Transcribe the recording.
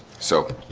so,